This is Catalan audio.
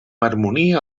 harmonia